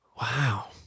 Wow